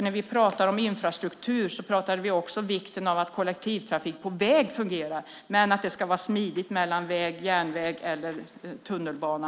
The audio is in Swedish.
När vi pratar om infrastruktur pratar vi också om vikten av att kollektivtrafik på väg fungerar, men det ska också vara smidigt mellan väg, järnväg och tunnelbana.